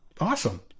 awesome